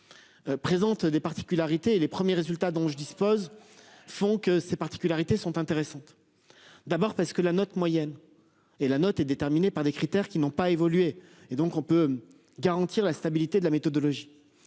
Présente des particularités et les premiers résultats dont je dispose. Font que ces particularités sont intéressantes. D'abord parce que la note moyenne et la note est déterminé par des critères qui n'ont pas évolué, et donc on peut garantir la stabilité de la méthodologie.